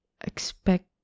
expect